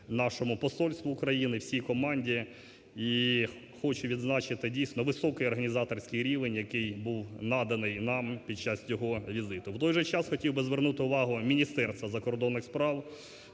нашому посольству України, всій команді. І хочу відзначити, дійсно, високий організаторський рівень, який був наданий нам під час його візиту. В той же час хотів би звернути увагу Міністерства закордонних справ